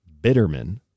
Bitterman